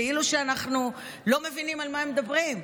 כאילו שאנחנו לא מבינים על מה הן מדברות,